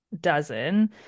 dozen